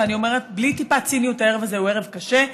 ואני אומרת בלי טיפת ציניות: הערב הזה הוא ערב קשה.